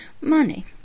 Money